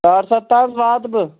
پانٛژن تام واتہٕ بہٕ